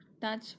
touch